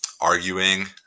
arguing